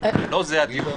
לא זה הדיון.